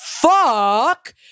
fuck